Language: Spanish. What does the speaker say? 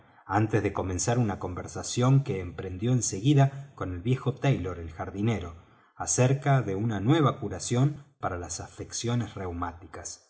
antes de comenzar una conversación que emprendió enseguida con el viejo taylor el jardinero acerca de una nueva curación para las afecciones reumáticas